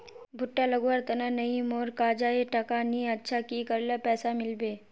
भुट्टा लगवार तने नई मोर काजाए टका नि अच्छा की करले पैसा मिलबे?